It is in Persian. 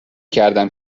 کردم